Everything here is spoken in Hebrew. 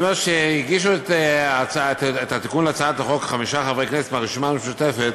הגישו את הצעת החוק חמישה חברי כנסת מהרשימה המשותפת,